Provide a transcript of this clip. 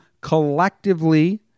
collectively